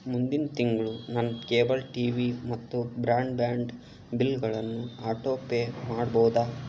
ಮುಂದಿನ ತಿಂಗಳು ನನ್ನ ಕೇಬಲ್ ಟಿ ವಿ ಮತ್ತು ಬ್ರಾಂಡ್ ಬ್ಯಾಂಡ್ ಬಿಲ್ಗಳನ್ನು ಆಟೋ ಪೇ ಮಾಡ್ಬೋದಾ